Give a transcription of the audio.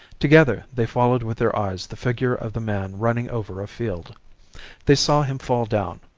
together they followed with their eyes the figure of the man running over a field they saw him fall down,